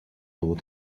nouveau